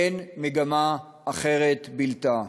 אין מגמה בלתה.